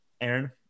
Aaron